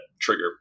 trigger